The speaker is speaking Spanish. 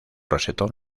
rosetón